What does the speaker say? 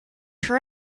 her